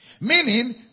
Meaning